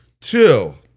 Two